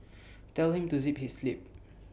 tell him to zip his lip